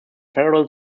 federal